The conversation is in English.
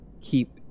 keep